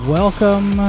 welcome